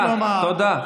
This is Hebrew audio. תודה, תודה.